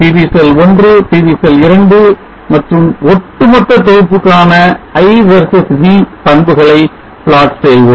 PV cell 1 PV cell 2 மற்றும் ஒட்டுமொத்த தொகுப்புக்கான I versus V பண்புகளை plot செய்வோம்